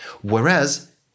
whereas